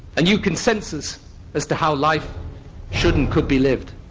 a new consensus as to how life should and could be lived.